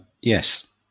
Yes